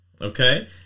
Okay